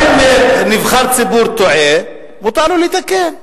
גם אם נבחר ציבור טועה, מותר לו לתקן.